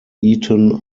eaton